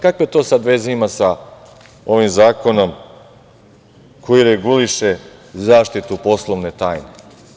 Kakve to sada veze ima sa ovim zakonom koji reguliše zaštitu poslovne tajne?